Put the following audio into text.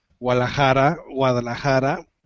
Guadalajara